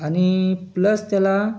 आणि प्लस त्याला